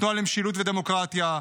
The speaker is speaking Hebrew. התנועה למשילות ודמוקרטיה,